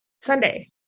Sunday